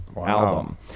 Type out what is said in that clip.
album